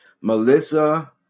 Melissa